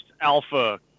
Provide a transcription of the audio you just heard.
alpha